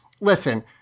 listen